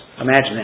Imagine